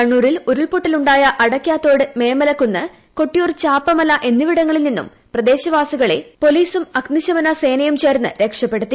കണ്ണൂരിൽ ഉരുൾപൊട്ടൽ ഉണ്ടായ അടയ്ക്കാത്തോട് മേമലക്കുന്ന് കൊട്ടിയൂർ ചാപ്പമല എന്നിവിടങ്ങളിൽ നിന്നും പ്രദേശ വാസികളെ പോലീസും അഗ്നിശമന സേനയും ചേർന്ന് രക്ഷപ്പെടുത്തി